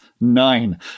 nine